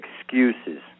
excuses